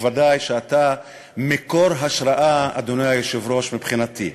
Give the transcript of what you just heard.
ודאי שאתה מקור השראה מבחינתי,